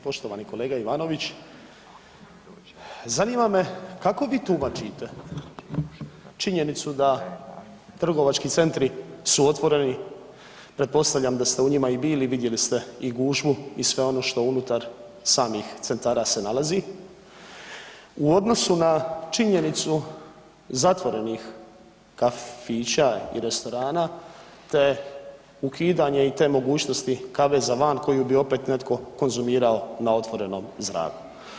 Poštovani kolega Ivanović, zanima me kako vi tumačite činjenicu da trgovački centri su otvoreni, pretpostavljam da ste u njima i bili, vidjeli ste i gužvu i sve ono što unutar samih centar se nalazi, u odnosu na činjenicu zatvorenih kafića i restorana te ukidanje i te mogućnosti kave za van koju bi opet netko konzumirao na otvorenom zraku?